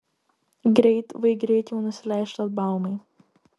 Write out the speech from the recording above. greit vai greit jau nusileis šlagbaumai